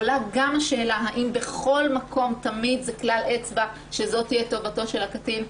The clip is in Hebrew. עולה גם השאלה האם בכל מקום תמיד זה כלל אצבע שזו תהיה טובתו של הקטין?